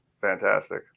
fantastic